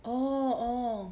orh orh